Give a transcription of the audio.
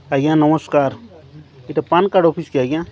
ଆଜ୍ଞା ନମସ୍କାର ଏଇଟା ପାନ୍ କାର୍ଡ଼୍ ଅଫିସ୍ କି ଆଜ୍ଞା